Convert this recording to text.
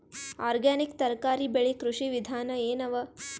Organic ತರಕಾರಿ ಬೆಳಿ ಕೃಷಿ ವಿಧಾನ ಎನವ?